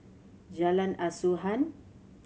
Jalan Asuhan